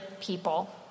people